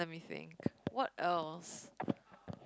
let me think what else